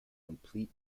complete